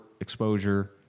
exposure